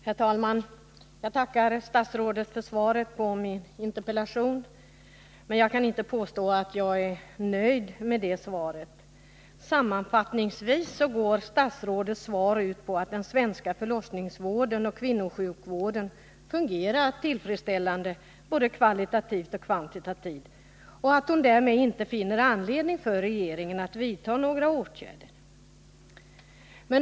Herr talman! Jag tackar statsrådet för svaret på min interpellation men kan inte påstå att jag är nöjd. Sammanfattningsvis går statsrådets svar ut på att den svenska förlossningsvården och kvinnosjukvården fungerar tillfredsställande både kvalitativt och kvantitativt, varför det inte finns anledning för regeringen att vidta några åtgärder.